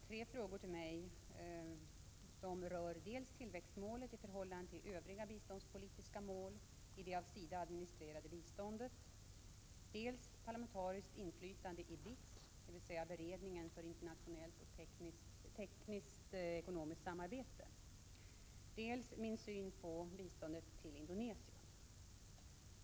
Herr talman! Gunnel Jonäng har ställt tre frågor till mig som rör dels tillväxtmålet i förhållande till övriga biståndspolitiska mål i det av SIDA administrerade biståndet, dels parlamentariskt inflytande i BITS, beredningen för internationellt tekniskt-ekonomiskt samarbete, dels min syn på biståndet till Indonesien.